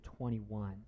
21